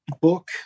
book